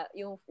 yung